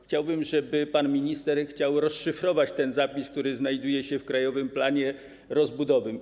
Chciałbym, żeby pan minister zechciał rozszyfrować ten zapis, który znajduje się w Krajowym Planie Obudowy.